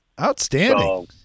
Outstanding